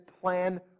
plan